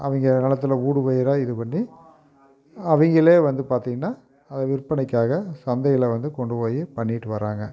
அவங்க நெலத்தில் ஊடு பயிராக இதுபண்ணி அவங்களே வந்து பார்த்திங்கன்னா அதை விற்பனைக்காக சந்தையில் வந்து கொண்டு போய் பண்ணிகிட்டு வராங்க